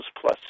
plus